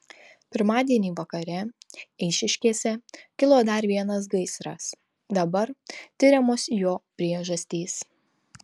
pirmadienį vakare eišiškėse kilo dar vienas gaisras dabar tiriamos jo priežastys